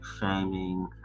shaming